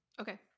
Okay